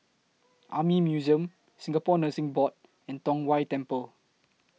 Army Museum Singapore Nursing Board and Tong Whye Temple